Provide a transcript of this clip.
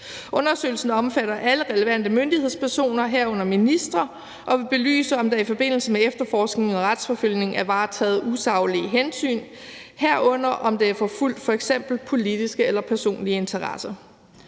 Undersøgelsen omfatter alle relevante myndighedspersoner, herunder ministre, og vil belyse, om der i forbindelse med efterforskningen og retsforfølgningen er varetaget usaglige hensyn, herunder om der er forfulgt f.eks. politiske eller personlige interesser.